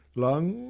lungs,